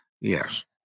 Yes